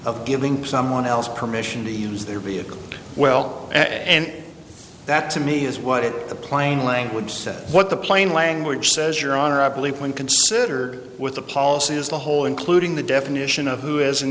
of giving someone else permission to use their vehicle well and that to me is what the plain language says what the plain language says your honor i believe when consider with the policy is the whole including the definition of who is